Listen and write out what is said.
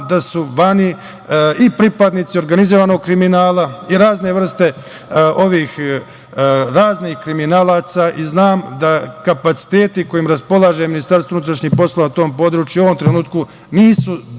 da su vani i pripadnici organizovanog kriminala i razne vrste ovih raznih kriminalaca i znam da kapaciteti kojima raspolaže Ministarstvo unutrašnjih poslova u ovom trenutku nisu dovoljni